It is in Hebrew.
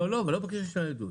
לא בהקשר של הניידות.